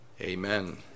Amen